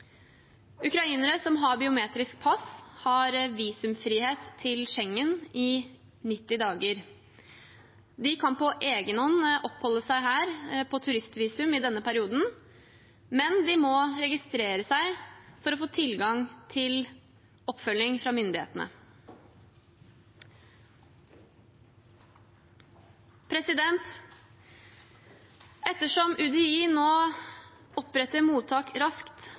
Ukrainere som har biometrisk pass, har visumfrihet til Schengen i 90 dager. De kan på egen hånd oppholde seg her på turistvisum i denne perioden, men de må registrere seg for å få tilgang til oppfølging fra myndighetene. Ettersom UDI nå oppretter mottak raskt,